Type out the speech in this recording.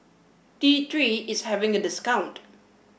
T Three is having a discount